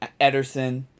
Ederson